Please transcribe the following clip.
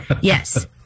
Yes